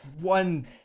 one